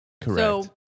Correct